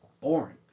boring